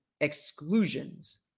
Exclusions